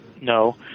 no